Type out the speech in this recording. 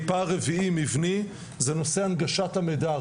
בנוסף, פער רביעי מבני, זה נושא הנגשת המידע.